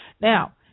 Now